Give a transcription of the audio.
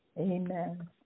Amen